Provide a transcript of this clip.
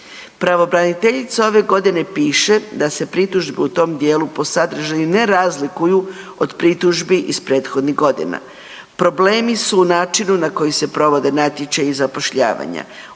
Pravobraniteljica ove godine piše da se pritužbe u tom dijelu po sadržaju ne razliku od pritužbi iz prethodnih godina. Problemi su u načinu na koji se provode natječaji zapošljavanja.